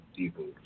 people